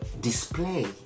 display